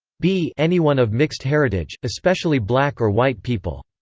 b anyone of mixed heritage, especially black or white people.